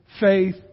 faith